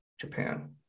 Japan